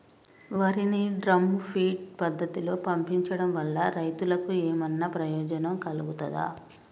వరి ని drum feed పద్ధతిలో పండించడం వల్ల రైతులకు ఏమన్నా ప్రయోజనం కలుగుతదా?